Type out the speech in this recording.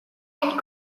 and